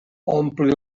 ompli